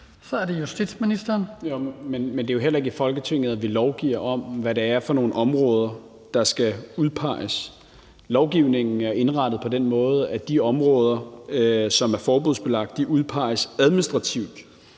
(Peter Hummelgaard): Men det er jo heller ikke i Folketinget, at vi lovgiver om, hvad det er for nogle områder, der skal udpeges. Lovgivningen er indrettet på den måde, at de områder, som er forbudsbelagt, udpeges administrativt